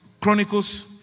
Chronicles